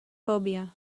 phobia